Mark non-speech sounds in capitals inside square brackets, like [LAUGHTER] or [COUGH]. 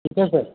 [UNINTELLIGIBLE]